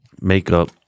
makeup